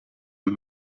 een